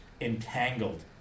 entangled